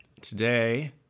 Today